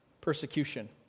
Persecution